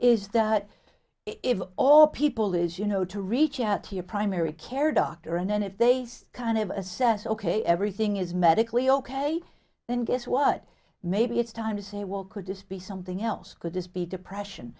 is that if all people is you know to reach out to your primary care doctor and then if they start have assessed ok everything is medically ok then guess what maybe it's time to say well could this be something else could just be depression